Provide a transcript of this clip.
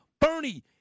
Bernie